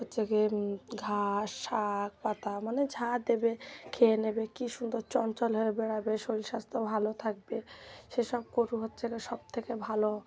হচ্ছে কি ঘাস শাক পাতা মানে যা দেবে খেয়ে নেবে কী সুন্দর চঞ্চল হয়ে বেড়াবে শরীর স্বাস্থ্য ভালো থাকবে সেসব গরু হচ্ছে গিয়ে সব থেকে ভালো